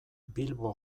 bilbo